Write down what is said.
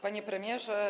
Panie Premierze!